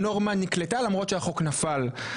הנורמה נקלטה למרות שהחוק נפל.